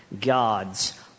God's